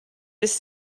was